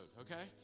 okay